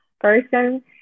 Person